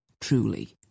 truly